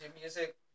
music